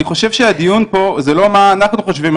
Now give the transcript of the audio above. אני חושב שהדיון פה הוא לא על מה אנחנו חושבים,